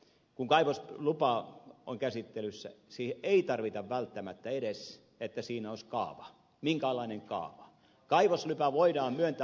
kun kaivoslupa on käsittelyssä siihen ei tarvita välttämättä edes sitä että siinä olisi kaava ei tarvita minkäänlaista kaavaa siihen että kaivoslupa voidaan myöntää